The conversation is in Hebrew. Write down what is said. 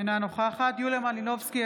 אינה נוכחת יוליה מלינובסקי,